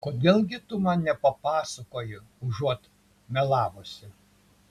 kodėl gi tu man nepapasakoji užuot melavusi